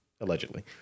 Allegedly